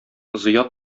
зыя